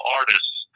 artists